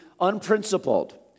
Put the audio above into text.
unprincipled